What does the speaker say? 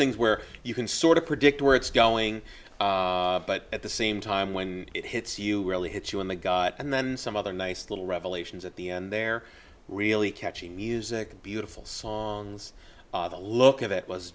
things where you can sort of predict where it's going but at the same time when it hits you really hits you in the gut and then some other nice little revelations at the end there really catchy music and beautiful songs the look of it was